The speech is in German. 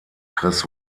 chris